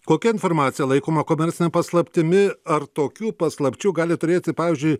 kokia informacija laikoma komercine paslaptimi ar tokių paslapčių gali turėti pavyzdžiui